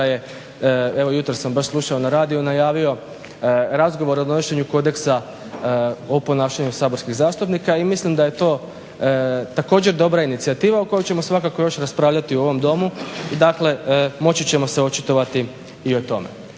je, evo jutros sam baš slušao na radiju najavio razgovor o donošenju kodeksa o ponašanju saborskih zastupnika. I mislim da je to također dobra inicijativa o kojoj ćemo svakako još raspravljati u ovom Domu i dakle moći ćemo se očitovati i o tome.